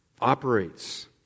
operates